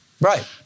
Right